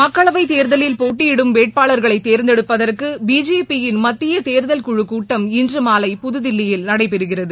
மக்களவைத் தேர்தலில் போட்டியிடும் வேட்பாளர்களை தேர்ந்தெடுப்பதற்கு பிஜேபியின் மத்திய தேர்தல்குழுக் கூட்டம் இன்று மாலை புதுதில்லியில் நடைபெறுகிறது